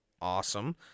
Awesome